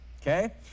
okay